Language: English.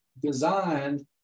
designed